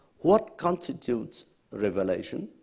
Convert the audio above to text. what constitutes revelation?